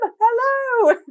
hello